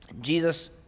Jesus